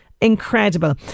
incredible